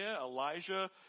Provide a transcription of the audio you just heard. Elijah